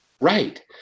right